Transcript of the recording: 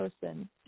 person